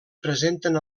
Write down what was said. presenten